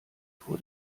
vor